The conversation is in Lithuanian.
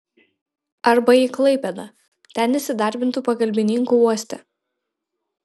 arba į klaipėdą ten įsidarbintų pagalbininku uoste